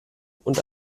und